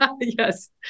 Yes